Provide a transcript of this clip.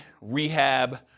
rehab